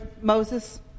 Moses